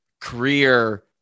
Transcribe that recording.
career